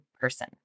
person